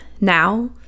now